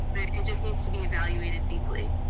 it just needs to be evaluated deeply.